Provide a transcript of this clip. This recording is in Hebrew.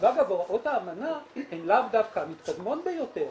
ואגב הוראות האמנה הן לאו דווקא המתקדמות ביותר.